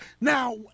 Now